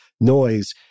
noise